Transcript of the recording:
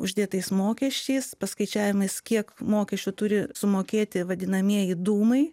uždėtais mokesčiais paskaičiavimais kiek mokesčių turi sumokėti vadinamieji dūmai